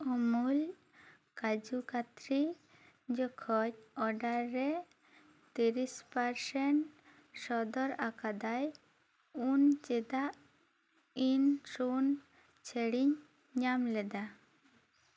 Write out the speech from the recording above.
ᱩᱢᱩᱞ ᱠᱟᱡᱩ ᱠᱟᱛᱛᱨᱤ ᱡᱚᱠᱷᱚᱡ ᱚᱰᱟᱨ ᱨᱮ ᱛᱤᱨᱤᱥ ᱯᱟᱨᱥᱮᱱᱴ ᱥᱚᱫᱚᱨ ᱟᱠᱟᱫᱟᱭ ᱩᱱ ᱪᱮᱫᱟᱜ ᱤᱧ ᱥᱩᱱ ᱪᱷᱟᱹᱲᱤᱧ ᱧᱟᱢ ᱞᱮᱫᱟ